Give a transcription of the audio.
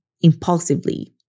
impulsively